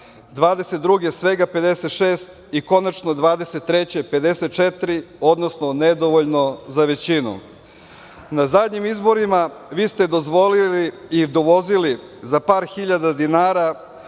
svega 56 i konačno 2023. godine 54, odnosno nedovoljno za većinu. Na zadnjim izborima vi ste dozvolili i dovozili za par hiljada dinara